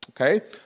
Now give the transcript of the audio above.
Okay